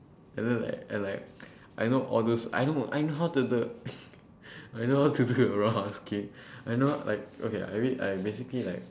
and then like I like I know all those I know I know how to the I know how to do the roundhouse kick I know like okay I mean I basically like